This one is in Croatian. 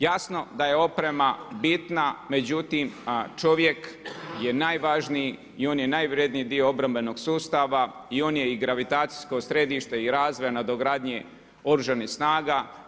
Jasno da je oprema bitna, međutim čovjek je najvažniji i on je najvredniji dio obrambenog sustava i on je i gravitacijsko središte i razvoj nadogradnji Oružanih snaga.